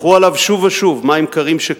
שפכו עליו שוב ושוב מים קרים, שקפאו,